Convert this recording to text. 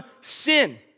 sin